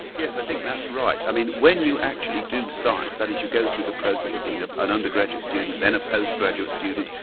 yes, i think that's right. i mean, when you actually do science, that is, you go through the process of being ah an undergraduate students, then a post graduate student,